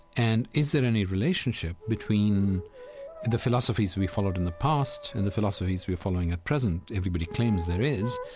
and is there any relationship between the philosophies we followed in the past and the philosophies we are following at present? everybody claims there is,